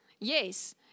Yes